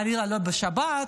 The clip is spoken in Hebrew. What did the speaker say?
חלילה לא בשבת,